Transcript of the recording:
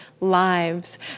lives